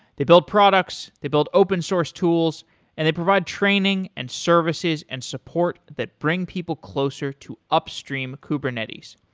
they build products, they build open source tools and they provide training and services and support that bring people closer to upstream kubernetes.